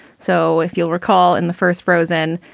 so if you'll recall, in the first frozen,